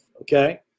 Okay